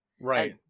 right